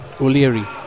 O'Leary